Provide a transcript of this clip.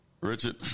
Richard